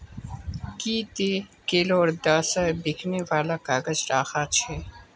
की ती किलोर दर स बिकने वालक काग़ज़ राख छि